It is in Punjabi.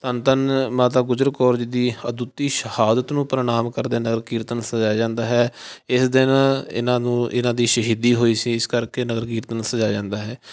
ਧੰਨ ਧੰਨ ਮਾਤਾ ਗੁਜਰ ਕੌਰ ਜੀ ਦੀ ਅਦੁੱਤੀ ਸ਼ਹਾਦਤ ਨੂੰ ਪ੍ਰਣਾਮ ਕਰਦੇ ਨਗਰ ਕੀਰਤਨ ਸਜਾਇਆ ਜਾਂਦਾ ਹੈ ਇਸ ਦਿਨ ਇਹਨਾਂ ਨੂੰ ਇਹਨਾਂ ਦੀ ਸ਼ਹੀਦੀ ਹੋਈ ਸੀ ਇਸ ਕਰਕੇ ਨਗਰ ਕੀਰਤਨ ਸਜਾਇਆ ਜਾਂਦਾ ਹੈ